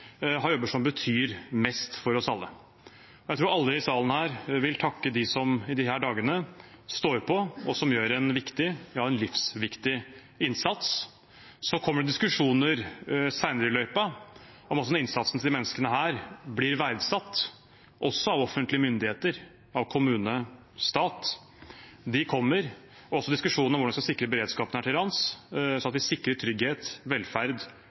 har jobber som betyr mest for oss alle. Jeg tror alle i salen her vil takke dem som disse dagene står på, og som gjør en viktig – ja, en livsviktig – innsats. Så kommer det diskusjoner senere i løypa om hvordan innsatsen til disse menneskene blir verdsatt – også av offentlige myndigheter, av kommune og stat. Diskusjonene kommer, også diskusjonen om hvordan man skal sikre beredskapen her til lands, sånn at vi sikrer trygghet, velferd